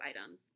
items